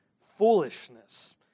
foolishness